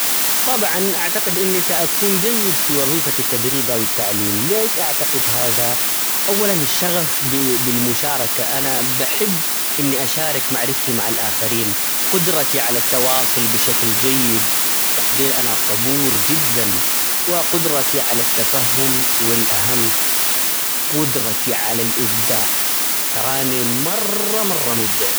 طبعًا أعتقد إني سأكون جيد في وظيفة التدريب أو التعليم ليش أعتقد هذا؟ أولًا الشغف بالمشاركة انا بحب إني أشارك معرفتي مع الآخرين ،قدرتي على التواصل بشكل جيد، بعدين أنا صبور جدا ،وقدرتي على التفهم ،والأهم قدرتي على الإبداع ترى إني مرررة مرة مبدع.